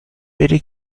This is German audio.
bitte